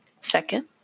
second